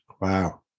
wow